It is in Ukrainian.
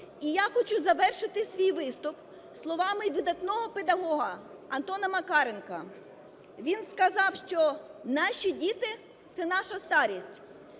І я хочу завершити свій виступ словами видатного педагога Антона Макаренка, він сказав, що наші діти – це наша старість.